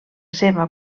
seva